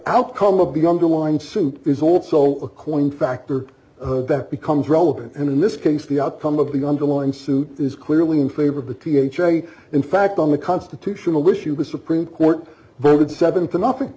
outcome of the younger line suit is also a coin factor that becomes relevant and in this case the outcome of the underlying suit is clearly in favor of the th and in fact on the constitutional issue with supreme court voted seven to nothing